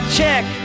check